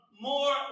more